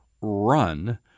run